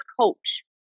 coach